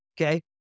Okay